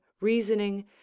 reasoning